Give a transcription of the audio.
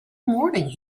morning